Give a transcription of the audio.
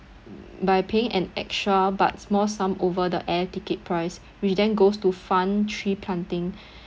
by paying an extra but small sum over the air ticket price which then goes to fund tree planting